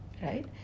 Right